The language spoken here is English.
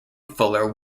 fuller